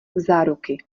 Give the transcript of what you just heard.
záruky